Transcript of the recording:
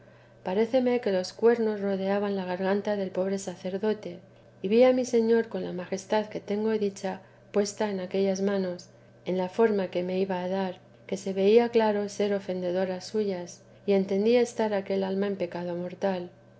paréceme que los cuernos rodeaban la garganta del pobre sacerdote y vi a mi señor con la majestad que tengo dicha puesto en aquellas manos en la forma que me iba a dar que se veía claro ser ofendedoras suyas y entendí estar aquel alma en pecado mortal